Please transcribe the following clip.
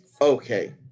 okay